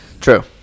True